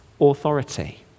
authority